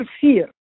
fear